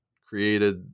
created